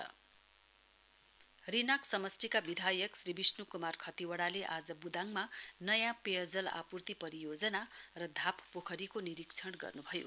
MLA visit Rinak समष्टिका विधायक श्री विष्ण् क्मार खतिवडाले आज बुदाङमा आगामी पेयजल आप्र्ति परियोजना र धाप पोखरीको निरीक्षण गर्न्भयो